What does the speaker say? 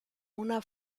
una